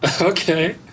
Okay